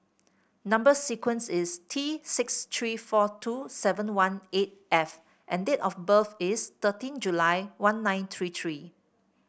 number sequence is T six three four two seven one eight F and date of birth is thirteen July one nine three three